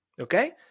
Okay